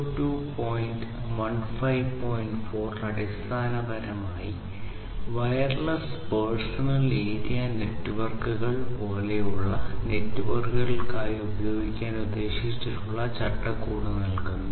4 അടിസ്ഥാനപരമായി wireless personal area നെറ്റ്വർക്കുകൾ പോലുള്ള നെറ്റ്വർക്കുകൾക്കായി ഉപയോഗിക്കാൻ ഉദ്ദേശിച്ചിട്ടുള്ള ചട്ടക്കൂട് നൽകുന്നു